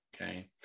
Okay